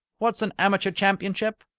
what's an amateur championship?